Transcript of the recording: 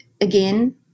again